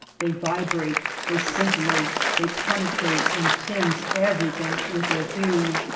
they vibrate, they scintillate, they penetrate and tinge everything with their hue.